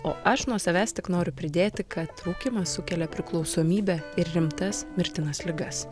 o aš nuo savęs tik noriu pridėti kad rūkymas sukelia priklausomybę ir rimtas mirtinas ligas